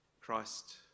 Christ